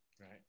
right